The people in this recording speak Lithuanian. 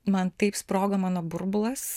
man taip sprogo mano burbulas